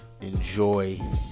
enjoy